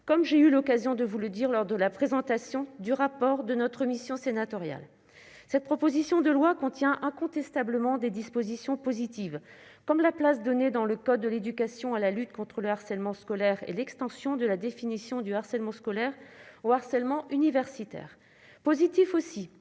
comme j'ai eu l'occasion de vous le dire lors de la présentation du rapport de notre mission sénatoriale. Cette proposition de loi contient incontestablement des dispositions positives, comme la place donnée dans le code de l'éducation à la lutte contre le harcèlement scolaire, et l'extension de la définition du harcèlement scolaire au harcèlement universitaire. Positifs aussi